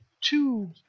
two